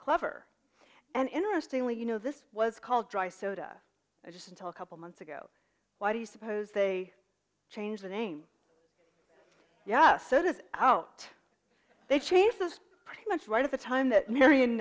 clever and interestingly you know this was called dry soda just until couple months ago why do you suppose they change the name yes it is out they change this pretty much right at the time that marion